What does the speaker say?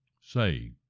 say